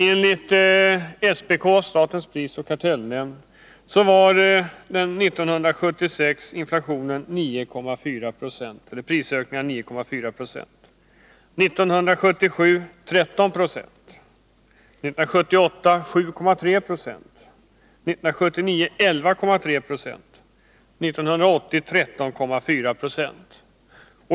Enligt SPK, statens prisoch kartellnämnd, låg prisökningarna 1976 på 9,4 96, 1977 på 13 20, 1978 på 7,3 0, 1979 på 11,3 0 och 1980 på 13,4 90.